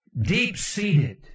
deep-seated